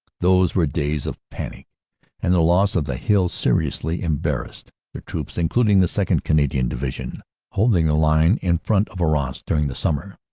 those were days of panic and the loss of the hill seriously embarrassed the troops, including the second. canadian division holding the line in front of a rras during the summer.